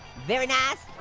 very nice.